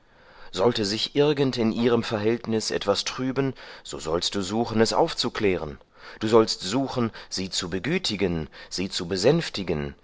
sollte sich irgend in ihrem verhältnis etwas trüben so sollst du suchen es aufzuklären du sollst suchen sie zu begütigen sie zu besänftigen